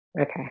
Okay